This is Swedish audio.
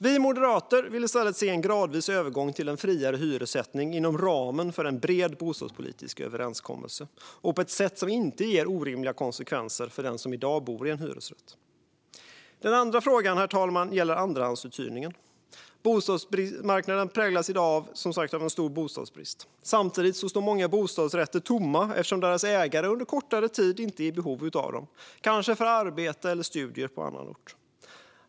Vi moderater vill i stället se en gradvis övergång till en friare hyressättning inom ramen för en bred bostadspolitisk överenskommelse och på ett sätt som inte ger orimliga konsekvenser för den som i dag bor i en hyresrätt. Den andra frågan, herr talman, gäller andrahandsuthyrningen. Bostadsmarknaden präglas i dag, som sagt, av en stor bostadsbrist. Samtidigt står många bostadsrätter tomma eftersom deras ägare under kortare tid inte är i behov av dem, kanske på grund av arbete eller studier på annan ort.